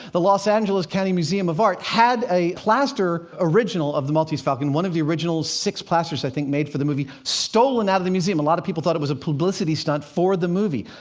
the los angeles county museum of art had a plaster original of the maltese falcon one of the original six plasters, i think, made for the movie stolen out of the museum. a lot of people thought it was a publicity stunt for the movie.